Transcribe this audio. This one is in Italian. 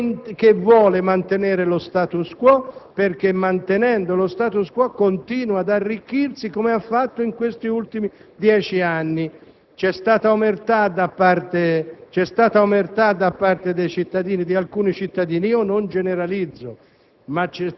che vuole mantenere lo *status quo* perché mantenendolo continua ad arricchirsi, come ha fatto in questi ultimi dieci anni. C'è stata omertà da parte di alcuni cittadini? Io non generalizzo,